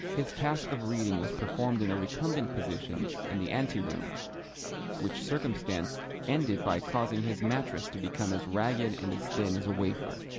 his task of reading was performed in a recumbent position in the anteroom which circumstance ended by causing his mattress to become as ragged and as thin as a wafer.